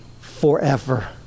forever